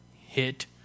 hit